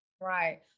Right